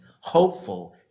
hopeful